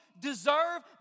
deserve